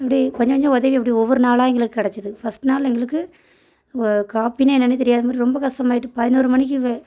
இப்படி கொஞ்சம் கொஞ்சம் உதவி அப்படி ஒவ்வொரு நாளாக எங்களுக்கு கிடச்சிது ஃபஸ்ட் நாள் எங்களுக்கு காஃபின்னா என்னன்னே தெரியாத மாதிரி ரொம்ப கஷ்டமாயிட்டு பதினோரு மணிக்கு